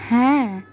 হ্যাঁ